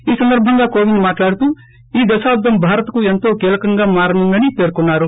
ఈ సందర్బంగా కోవింద్ మాట్లాడుతూ ఈ దశాబ్లం భారత్కు వంతో కీలకంగా మారనుందని పేర్కొన్నారు